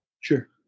Sure